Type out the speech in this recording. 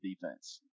defense